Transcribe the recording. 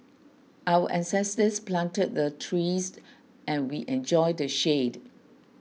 our ancestors planted the trees and we enjoy the shade